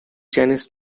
chinese